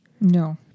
No